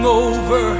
over